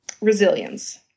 resilience